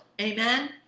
Amen